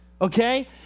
Okay